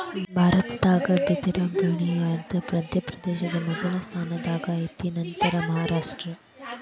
ಭಾರತದಾಗ ಬಿದರ ಬಳಿಯುದರಾಗ ಮಧ್ಯಪ್ರದೇಶ ಮೊದಲ ಸ್ಥಾನದಾಗ ಐತಿ ನಂತರಾ ಮಹಾರಾಷ್ಟ್ರ